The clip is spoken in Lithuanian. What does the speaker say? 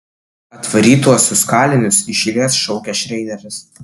atvarytuosius kalinius iš eilės šaukia šreideris